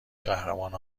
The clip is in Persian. قهرمان